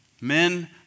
Men